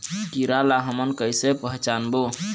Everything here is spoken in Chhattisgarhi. कीरा ला हमन कइसे पहचानबो?